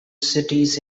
cities